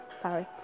sorry